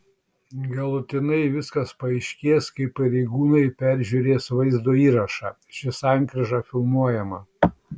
galutinai viskas paaiškės kai pareigūnai peržiūrės vaizdo įrašą ši sankryža filmuojama